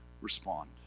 respond